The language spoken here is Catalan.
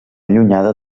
allunyada